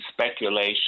speculation